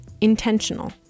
intentional